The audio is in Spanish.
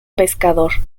pescador